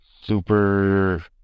super